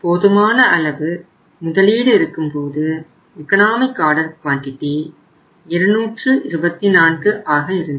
போதுமான அளவு முதலீடு இருக்கும்போது எக்கனாமிக் ஆர்டர் குவாண்டிடி 224 ஆக இருந்தது